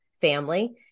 family